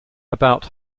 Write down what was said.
about